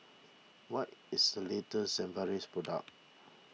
what is the latest Sigvaris product